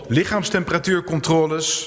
lichaamstemperatuurcontroles